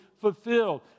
fulfilled